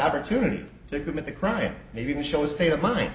opportunity to commit the crime maybe show a state of mind